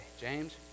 James